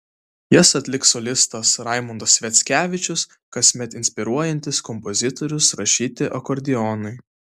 jas atliks solistas raimondas sviackevičius kasmet inspiruojantis kompozitorius rašyti akordeonui